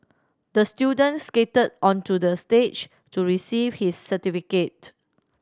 the student skated onto the stage to receive his certificate